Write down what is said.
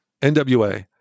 NWA